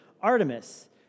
Artemis